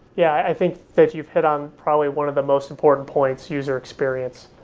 yeah, i think that you've hit on probably one of the most important points, user experience.